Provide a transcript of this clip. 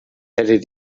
hättet